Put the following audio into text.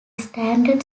standard